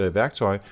værktøj